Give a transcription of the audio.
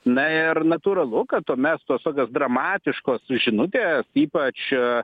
na ir natūralu kad tuomet tos tokios dramatiškos žinutės ypač